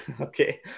Okay